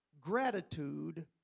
Gratitude